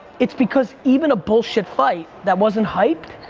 it's because even a bullshit fight that wasn't hype,